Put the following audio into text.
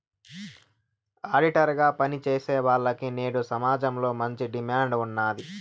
auditor గా పని చేసేవాల్లకి నేడు సమాజంలో మంచి డిమాండ్ ఉన్నాది